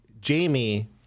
Jamie